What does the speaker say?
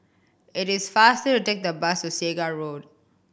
it is faster to take the bus to Segar Road